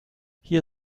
hier